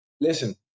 Listen